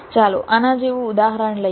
ચાલો આના જેવું ઉદાહરણ લઈએ